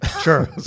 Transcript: Sure